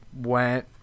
went